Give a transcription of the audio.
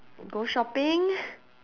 go shopping